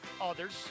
others